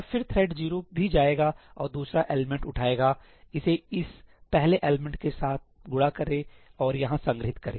और फिर थ्रेड 0 भी जाएगा और दूसरा एलिमेंट उठाएगा इसे इस पहले एलिमेंट के साथ गुणा करें और यहां संग्रहीत करें